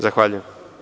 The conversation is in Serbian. Zahvaljujem.